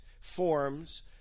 forms